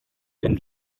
been